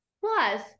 Plus